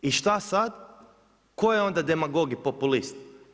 I šta sad, tko je ona demagog i populist?